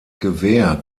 gewehr